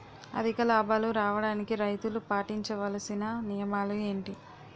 అధిక లాభాలు రావడానికి రైతులు పాటించవలిసిన నియమాలు ఏంటి